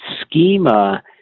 schema